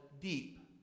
deep